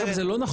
אגב, זה לא נכון.